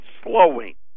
slowing